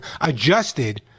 adjusted